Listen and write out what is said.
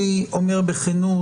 אני אומר בכנות,